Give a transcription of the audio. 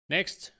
Next